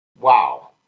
Wow